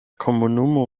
komunumo